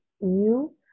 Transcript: new